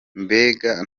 mbega